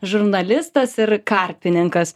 žurnalistas ir karpininkas